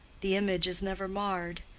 the image is never marred.